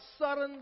sudden